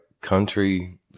country